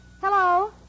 Hello